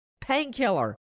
Painkiller